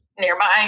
nearby